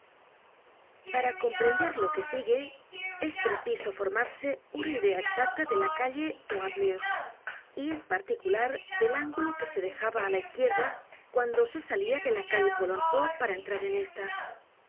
para comprender lo que sigue es preciso formarse una idea exacta de la calle droit mur y en particular del ángulo que se dejaba á la izquierda cuando se salia de la calle polonceau para entrar en esta